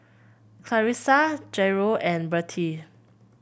Clarisa Jairo and Bertie